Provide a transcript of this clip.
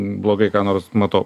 blogai ką nors matau